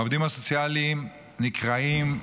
העובדים הסוציאליים נקרעים,